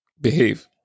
behave